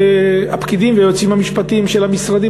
והפקידים והיועצים המשפטיים של המשרדים